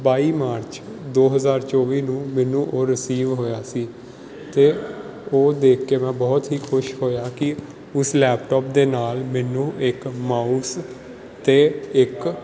ਬਾਈ March ਦੋ ਹਜ਼ਾਰ ਚੌਵੀ ਨੂੰ ਮੈਨੂੰ ਉਹ ਰਿਸੀਵ ਹੋਇਆ ਸੀ ਅਤੇ ਉਹ ਦੇਖ ਕੇ ਮੈਂ ਬਹੁਤ ਹੀ ਖੁਸ਼ ਹੋਇਆ ਕਿ ਇਸ ਲੈਪਟੋਪ ਦੇ ਨਾਲ ਮੈਨੂੰ ਇੱਕ ਮਾਊਸ ਅਤੇ ਇੱਕ